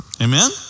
Amen